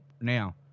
now